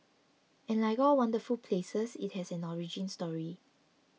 and like all wonderful places it has an origin story